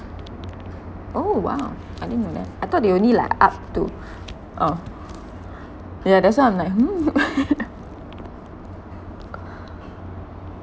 oh !wow! I didn't know that I thought they only like up to uh yeah that's why I'm like hmm